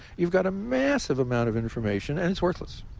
you've got a massive amount of information, and it's worthless.